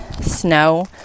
snow